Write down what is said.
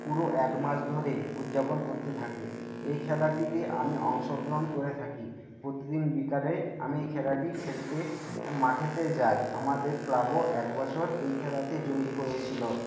পুরো এক মাস ধরে উদযাপন করতে থাকে এই খেলাটিতে আমি অংশগ্রহণ করে থাকি প্রতিদিন বিকালে আমি এই খেলাটি খেলতে মাঠেতে যাই আমাদের ক্লাবও এক বছর এই খেলাতে জয়ী হয়েছিলো